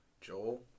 Joel